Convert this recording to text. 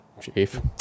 chief